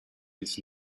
its